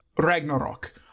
Ragnarok